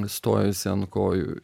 stojosi ant kojų